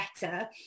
better